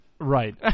right